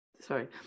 sorry